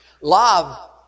Love